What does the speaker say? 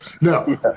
No